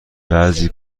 بعضی